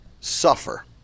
suffer